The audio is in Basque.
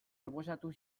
proposatu